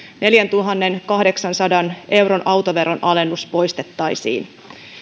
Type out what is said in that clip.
neljäntuhannenkahdeksansadan euron autoveron alennus poistettaisiin